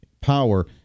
power